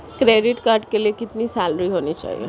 Credit card के लिए कितनी सैलरी होनी चाहिए?